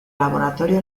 laboratorio